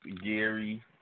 Gary